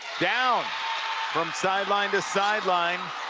down from sideline to sideline.